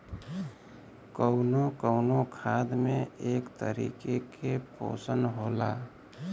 कउनो कउनो खाद में एक तरीके के पोशन होला